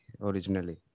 originally